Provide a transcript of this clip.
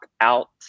out